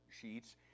sheets